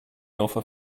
offer